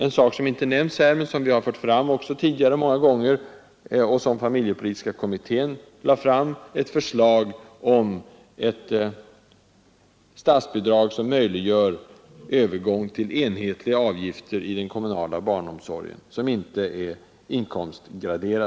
En sak som inte nämnts här, men som vi tidigare fört fram många gånger och som familjepolitiska kommittén lade fram ett förslag om, är ett statsbidrag som möjliggör övergång till enhetliga avgifter — som inte är inkomstgraderade — i den kommunala barnomsorgen.